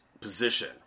position